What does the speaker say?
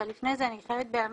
אבל לפני זה אני חייבת באמירה,